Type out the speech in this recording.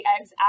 eggs